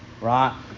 Right